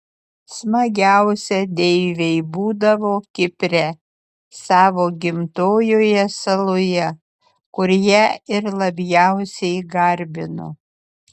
smagiausia deivei būdavo kipre savo gimtojoje saloje kur ją ir labiausiai garbino